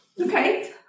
okay